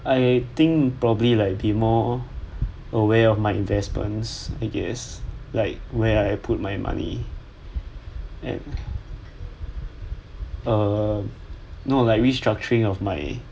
I think probably like be more aware of my investments I guess like where I put my money and err no like restructuring of my